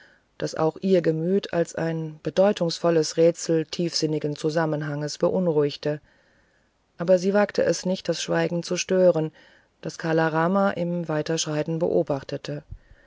das auch ihr gemüt als ein bedeutungsvolles rätsel tiefinnigen zusammenhanges beunruhigte aber sie wagte es nicht das schweigen zu stören das kala rama im weiterschreiten beobachtete